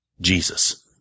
Jesus